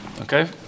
Okay